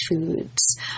foods